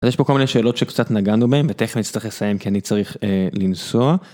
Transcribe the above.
יש פה כל מיני שאלות שקצת נגענו בהם ותכף נצטרך לסיים כי אני צריך לנסוע.